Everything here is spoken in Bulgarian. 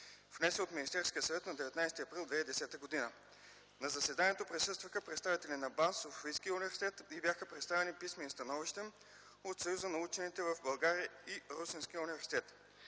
внесен от Министерския съвет на 19 април 2010 г. Па заседанието присъстваха представители на БАН, СУ „Св. Климент Охридски" и бяха представени писмени становища от Съюза на учените в България и Русенския университет.